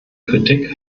kritik